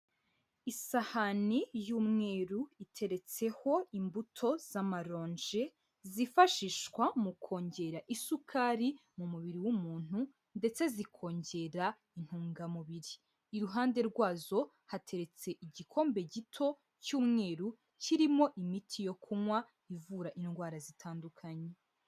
Isahani y'umweru iteretseho imbuto z'maronje zifashishwa mu kongera isukari mu mubiri w'umuntu ndetse zikongera intungamubiri, iruhande rwazo hateretse igikombe gito cy'umweru kirimo imiti yo kunywa ivura indwara zitandukanye.